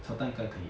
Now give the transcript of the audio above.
炒蛋应该可以